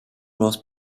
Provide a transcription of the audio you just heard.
was